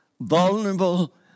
vulnerable